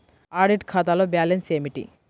Audit ఖాతాలో balance ఏమిటీ?